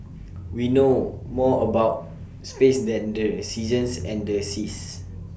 we know more about space than the seasons and the seas